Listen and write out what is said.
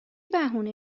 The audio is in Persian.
بهونه